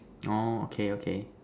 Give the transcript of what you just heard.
orh okay okay